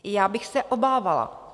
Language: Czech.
Já bych se obávala.